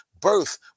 birth